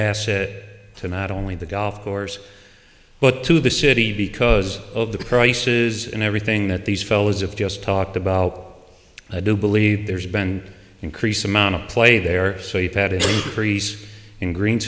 asset to not only the golf course but to the city because of the prices and everything that these fellows of just talked about i do believe there's been an increase amount of play there so you've had a freeze in green